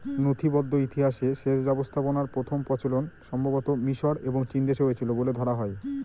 নথিবদ্ধ ইতিহাসে সেচ ব্যবস্থাপনার প্রথম প্রচলন সম্ভবতঃ মিশর এবং চীনদেশে হয়েছিল বলে ধরা হয়